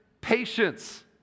patience